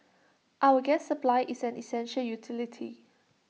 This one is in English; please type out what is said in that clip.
our gas supply is an essential utility